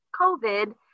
COVID